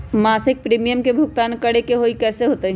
मासिक प्रीमियम के भुगतान करे के हई कैसे होतई?